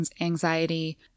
anxiety